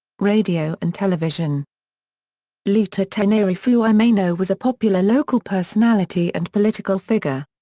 radio and television lutu tenari fuimaono was a popular local personality and political figure.